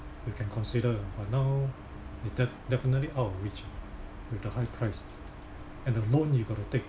you can consider uh but now it def~ definitely out of reach with the high price and the loan you got to take